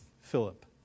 Philip